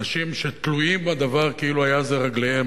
אנשים שתלויים בדבר כאילו היו אלה רגליהם.